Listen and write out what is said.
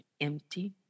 empty